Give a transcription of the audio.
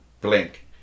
blink